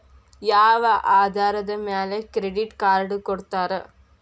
ಯಾವ ಆಧಾರದ ಮ್ಯಾಲೆ ಕ್ರೆಡಿಟ್ ಕಾರ್ಡ್ ಕೊಡ್ತಾರ?